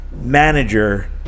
manager